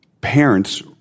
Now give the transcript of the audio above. parents